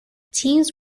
teams